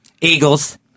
Eagles